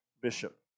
bishop